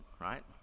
right